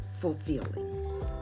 fulfilling